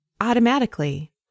automatically